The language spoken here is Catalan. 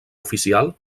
oficial